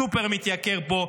הסופר מתייקר פה,